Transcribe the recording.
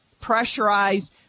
pressurized